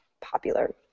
popular